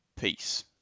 Peace